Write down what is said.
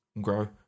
grow